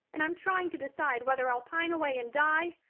and i'm trying to decide whether i'll pine away and die,